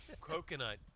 coconut